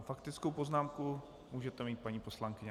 . Faktickou poznámku můžete mít, paní poslankyně.